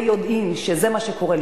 ביודעין שזה מה שקורה,